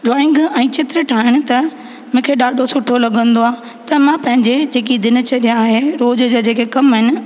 drawing ऐं चित्र ठाहिण त मूंखे ॾाढो सुठो लॻंदो आहे त मां पंहिंजे दिनचर्या ऐं रोज़ जा जेके कम आहिनि